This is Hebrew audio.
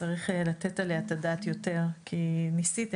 צריך לתת עליה את הדעת יותר, כי ניסיתם.